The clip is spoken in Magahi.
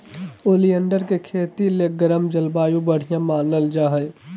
ओलियंडर के खेती ले गर्म जलवायु बढ़िया मानल जा हय